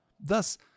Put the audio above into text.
thus